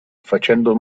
facendo